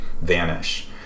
vanish